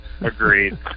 Agreed